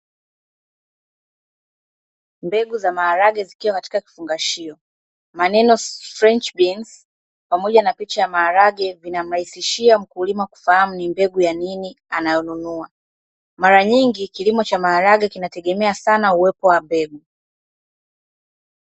Mbegu za maharage zikiwa katika kifungashio maneno "French beans" pamoja na picha ya maharage, zinamrahisishia mkulima kufahamu ni mbegu za nini anazo nunua, mara nyingi kilimo cha maharage kinategemea sana uwepo wa mbegu.